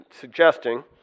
suggesting